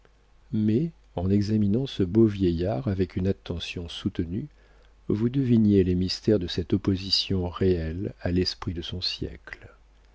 mais en examinant ce beau vieillard avec une attention soutenue vous deviniez les mystères de cette opposition réelle à l'esprit de son siècle